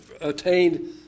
attained